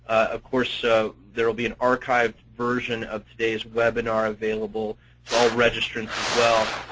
of course, so there'll be an archived version of today's webinar available to all registrants.